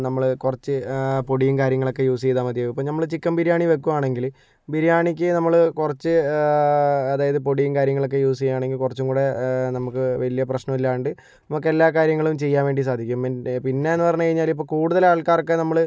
നമ്മള് കുറച്ച് പൊടിയും കാര്യങ്ങളൊക്കെ യൂസ് ചെയ്താൽ മതിയാകും ഇപ്പോൾ നമ്മള് ചിക്കൻ ബിരിയാണി വെയ്ക്കുകയാണെങ്കിൽ ബിരിയാണിയ്ക്ക് നമ്മള് കുറച്ച് അതായത് പൊടിയും കാര്യങ്ങളൊക്കെ യൂസ് ചെയ്യുകയാണെങ്കിൽ കുറച്ചും കൂടെ നമുക്ക് വലിയ പ്രശ്നം ഇല്ലാണ്ട് നമുക്ക് എല്ലാ കാര്യങ്ങളും ചെയ്യാൻ വേണ്ടി സാധിക്കും പിന്നെ പിന്നേയെന്ന് പറഞ്ഞ് കഴിഞ്ഞാല് ഇപ്പോൾ കൂടുതൽ ആൾക്കാർക്ക് നമ്മള്